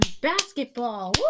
basketball